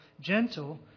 gentle